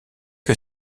que